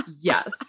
yes